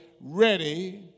ready